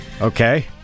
Okay